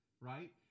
right